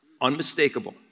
unmistakable